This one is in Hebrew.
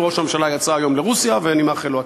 וראש הממשלה יצא היום לרוסיה ואני מאחל לו הצלחה.